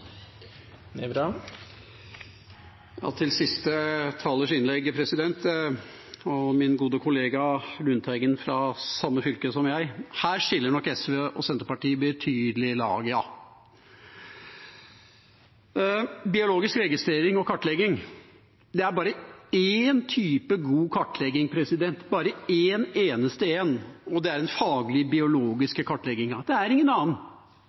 min gode kollega Lundteigen som kommer fra samme fylke som jeg: Her skiller nok SV og Senterpartiet lag i betydelig grad, ja. Når det gjelder biologisk registrering og kartlegging, er det bare én type god kartlegging, bare en eneste en, og det er den faglige biologiske kartleggingen. Det er ingen